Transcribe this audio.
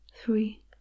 three